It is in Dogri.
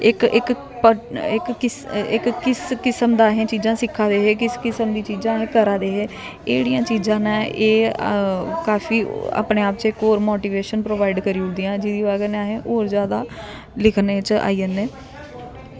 इक इक इक किस्म दा असें चीजां सिक्खा दे हे कि किस किस्म दी चीजां न अस करा दे हे एह् जेह्ड़ियां चीजां न एह् काफी अपने आप च इक होर मोटिवेशन प्रोवाइड करी ओड़दियां जेह्दी बजह् कन्नै अस होर जादा लिखने च आई जन्ने